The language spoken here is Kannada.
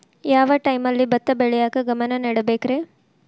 ಯಾವ್ ಟೈಮಲ್ಲಿ ಭತ್ತ ಬೆಳಿಯಾಕ ಗಮನ ನೇಡಬೇಕ್ರೇ?